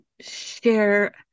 share